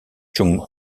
chung